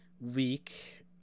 week